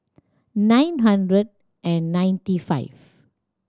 nine hundred and ninety five